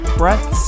breath